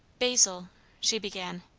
basil she began,